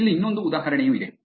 ಇಲ್ಲಿ ಇನ್ನೊಂದು ಉದಾಹರಣೆಯೂ ಇದೆ